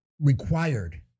required